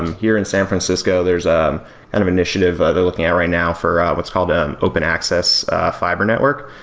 here in san francisco, there's ah kind of initiative they're looking at right now for what's called an open access fiber network.